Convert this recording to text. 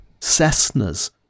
Cessnas